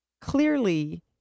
clearly